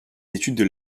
études